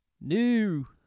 new